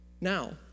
now